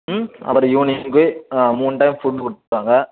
ம் அப்புறம் ஈவ்னிங்கு மூணு டைம் ஃபுட் கொடுப்பாங்க